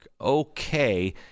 okay